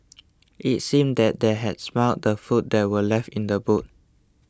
it seemed that they had smelt the food that were left in the boot